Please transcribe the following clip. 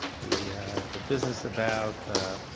the the business about